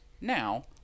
now